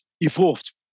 evolved